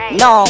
no